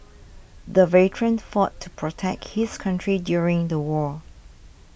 the veteran fought to protect his country during the war